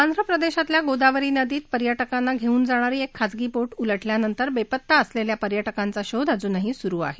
आंध्र प्रदेशातल्या गोदावरी नदीत पर्यटकांना घेऊन जाणारी एक खाजगी बोट उलटल्यानंतर बेपत्ता असलेल्या पर्यटकांचा शोध अजुनही सुरु आहे